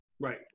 Right